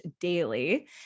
daily